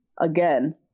again